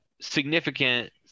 significant